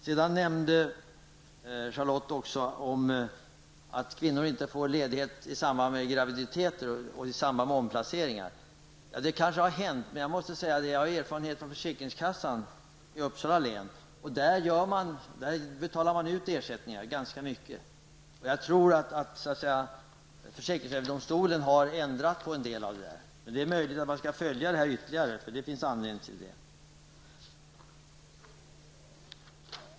Charlotte Branting nämnde också att kvinnor inte får ledighet i samband med graviditet och omplaceringar. Det kanske har inträffat. Men jag har erfarenheter från försäkringskassan i Uppsala län, och där betalar man ut ersättningar ganska ofta. Jag tror att försäkringsöverdomstolen har ändrat en del på praxis i sådana fall. Men det är möjligt att det finns anledning att följa upp detta ytterligare.